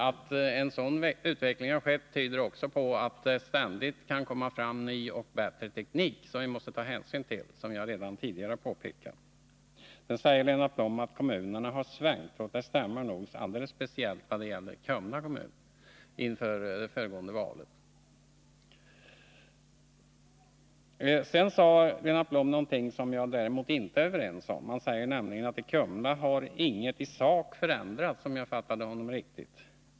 Att en sådan utveckling har skett visar också detta att det ständigt kan komma fram ny och bättre teknik som vi måste ta hänsyn till, som jag redan tidigare har påpekat. Sedan säger Lennart Blom att kommunerna har svängt, och det stämmer nog, speciellt vad gäller Kumla kommun inför det föregående valet. Lennart Blom sade också någonting som jag däremot inte är överens med honom om. Han sade nämligen att ingenting i sak har förändrats i Kumla, om jag fattade honom rätt.